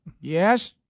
Yes